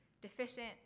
deficient